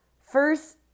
first